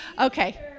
Okay